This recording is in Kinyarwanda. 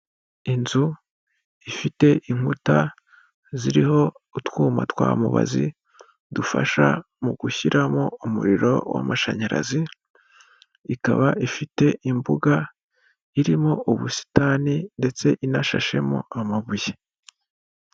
Inzu ifite inkuta ziriho utwuma twa mubazi dufasha mu gushyiramo umuriro w'amashanyarazi, ikaba ifite imbuga irimo ubusitani ndetse inashashemo amabuye.